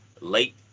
late